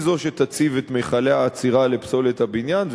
היא שתציב את מכלי האצירה לפסולת הבניין,